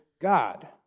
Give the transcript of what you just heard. God